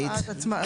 עצמאית?